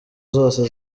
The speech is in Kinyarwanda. zose